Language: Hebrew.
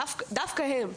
דווקא הם.